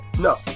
No